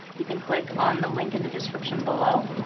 you can click on the link in the description below.